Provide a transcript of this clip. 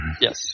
Yes